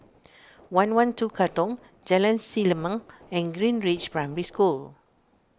one one two Katong Jalan Selimang and Greenridge Primary School